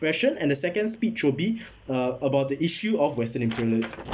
expression and the second speech will be uh about the issue of western imperialism